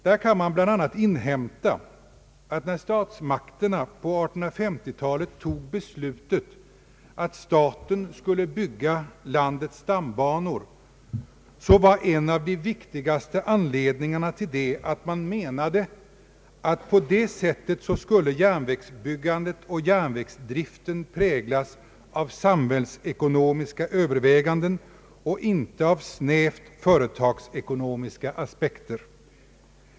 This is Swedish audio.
Där kan man bl.a. inhämta, att när statsmakterna på 1850-talet tog beslutet att staten skulle bygga landets stambanor, så var en av de viktigaste anledningarna att man menade att järnvägsbyggandet och järnvägsdriften på det sättet skulle präglas av samhällsekonomiska överväganden och inte av snävt företagsekonomiska aspekter.